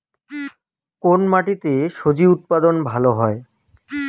কোন মাটিতে স্বজি উৎপাদন ভালো হয়?